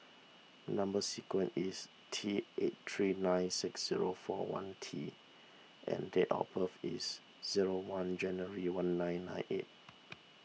Number Sequence is T eight three nine six zero four one T and date of birth is zero one January one nine nine eight